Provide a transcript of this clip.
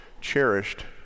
cherished